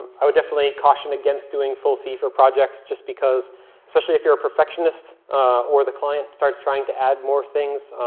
i would definitely caution against doing full fee for projects, just because especially if you're a perfectionist or the client starts trying to add more things